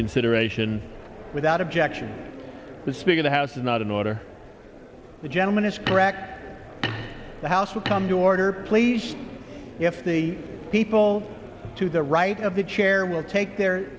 consideration without objection the speaker the house is not in order the gentleman is correct the house will come to order please if the people to the right of the chair will take their